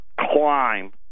climb